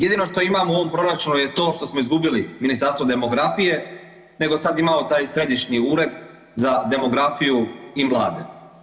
Jedino što imamo u ovom proračunu je to što smo izgubili Ministarstvo demografije nego sad imamo taj Središnji ured za demografiju i mlade.